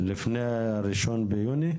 לפני ה-1 ביוני?